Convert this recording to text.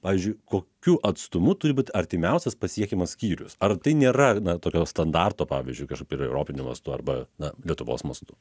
pavyzdžiui kokiu atstumu turi būti artimiausias pasiekiamas skyrius ar tai nėra na tokio standarto pavyzdžiui kažkaip ir europiniu mastu arba na lietuvos mastu